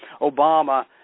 Obama